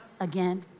again